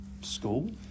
school